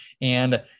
And-